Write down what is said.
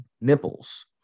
nipples